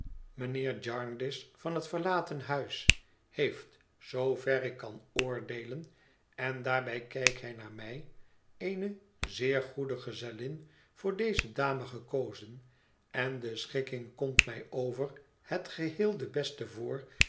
mijnheer jarndyce van het verlaten huis heeft zoover ik kan oordeelen en daarbij keek hij naar mij cene zeer goede gezellin voor deze dame gekozen en de schikking komt mij over het geheel de beste voor